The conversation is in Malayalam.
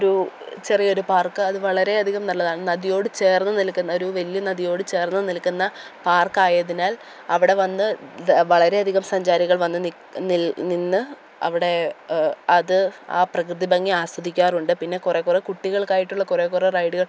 ഒരൂ ചെറിയ ഒരു പാർക്ക് അത് വളരെ അധികം നല്ലതാണ് നദിയോട് ചേർന്നു നിൽകുന്ന ഒരു വലിയ നദിയോട് ചേർന്നു നിൽക്കുന്ന പാർക്ക് ആയതിനാൽ അവിടെ വന്നു വളരെ അധികം സഞ്ചാരികൾ വന്നു നിന്ന് അവിടെ അത് ആ പ്രകൃതി ഭംഗി ആസ്വദിക്കാറുണ്ട് പിന്നെ കുറേ കുറേ കുട്ടികൾക്കായിട്ടുള്ള കുറേ കുറേ റൈഡുകൾ